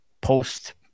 post